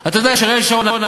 אתה יודע, כשאריאל שרון,